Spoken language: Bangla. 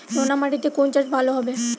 নোনা মাটিতে কোন চাষ ভালো হবে?